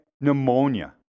pneumonia